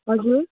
हजुर